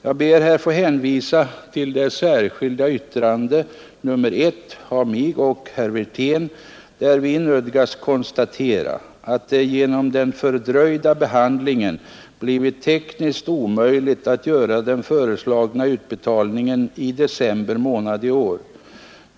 Jag ber här att få hänvisa till det särskilda yttrandet nr 1 av mig och herr Wirtén, där vi nödgas konstatera att det genom den fördröjda behandlingen blivit tekniskt omöjligt att göra den föreslagna utbetalningen i december månad i år.